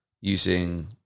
using